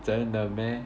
真的 meh